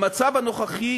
במצב הנוכחי